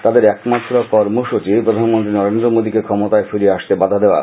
তাদের একমাত্র কর্মসচি প্রধানমন্ত্রী নরেন্দ্র মোদীকে ক্ষমতায় ফিরে আসতে বাধা দেওয়া